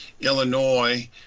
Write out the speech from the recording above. Illinois